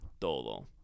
todo